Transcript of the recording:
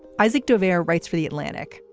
isaac dover writes for the atlantic.